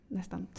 nästan